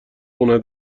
خونه